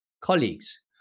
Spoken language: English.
colleagues